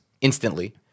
instantly